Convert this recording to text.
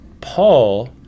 Paul